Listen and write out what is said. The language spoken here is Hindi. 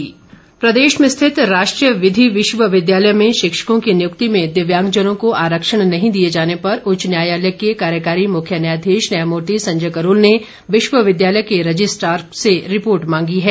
हाईकोर्ट प्रदेश में स्थित राष्ट्रीय विधि विश्वविद्यालय में शिक्षकों की नियुक्ति में दिव्यांगजनों को आरक्षण नहीं दिए जाने पर उच्च न्यायालय के मुख्य कार्यकारी न्यायाधीश न्यायमूर्ति संजय करोल ने विश्वविद्यालय के रजिस्टार से रिपोर्ट मांगी है